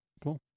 Cool